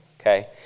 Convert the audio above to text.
okay